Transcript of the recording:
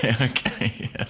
okay